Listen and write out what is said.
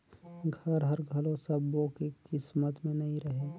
घर हर घलो सब्बो के किस्मत में नइ रहें